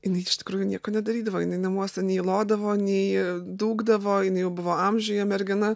jinai iš tikrųjų nieko nedarydavo jinai namuose nei lodavo nei dūkdavo jinai jau buvo amžiuje mergina